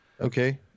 okay